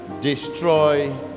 Destroy